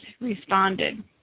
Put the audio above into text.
responded